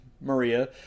Maria